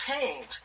change